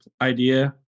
idea